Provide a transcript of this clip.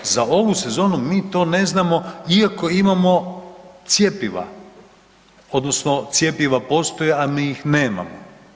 Za ovu sezonu mi to ne znamo iako imamo cjepiva odnosno cjepiva postoje, a mi ih nemamo.